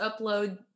upload